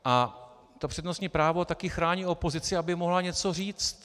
A to přednostní právo také chrání opozici, aby mohla něco říci.